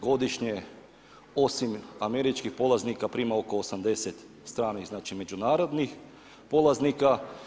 Godišnje osim američkih polaznika prima oko 80 stranih, znači međunarodnih polaznika.